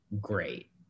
great